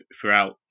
throughout